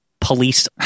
police